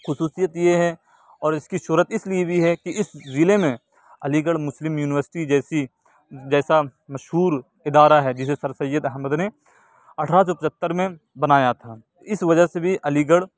خصوصیت یہ ہے اور اس کی شہرت اس لیے بھی ہے کہ اس ضلع میں علی گڑھ مسلم یونیورسٹی جیسی جیسا مشہور ادارہ ہے جسے سر سید احمد نے اٹھارہ سو پچھتر میں بنایا تھا اس وجہ سے بھی علی گڑھ